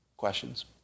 questions